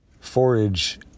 forage